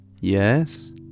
yes